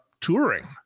touring